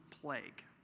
plague